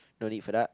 no need fate up